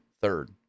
third